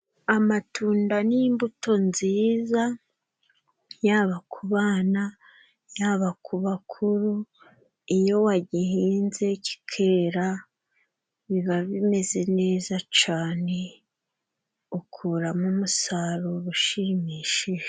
Amatunda ni imbuto nziza, yaba ku bana, yaba ku bakuru, iyo wagihinze kikera biba bimeze neza cane, ukuramo umusaruro ushimishije.